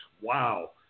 wow